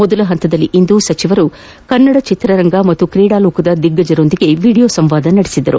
ಮೊದಲ ಪಂತದಲ್ಲಿಂದು ಸಚಿವರು ಕನ್ನಡ ಚಿತ್ರರಂಗ ಹಾಗೂ ಕ್ರೀಡಾಲೋಕದ ದಿಗ್ಗಜರ ಜತೆ ವಿಡಿಯೋ ಸಂವಾದ ನಡೆಸಿದರು